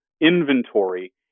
inventory